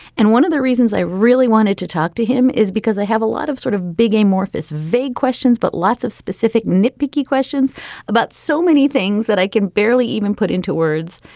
and one of the reasons i really wanted to talk to him is because i have a lot of sort of big, amorphous, vague questions, but lots of specific nit picky questions about so many things that i can barely even put into words.